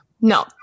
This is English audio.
No